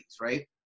right